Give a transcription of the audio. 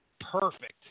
perfect